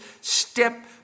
step